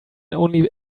only